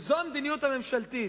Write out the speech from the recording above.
וזו המדיניות הממשלתית.